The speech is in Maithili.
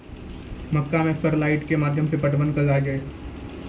मक्का मैं सर लाइट के माध्यम से पटवन कल आ जाए?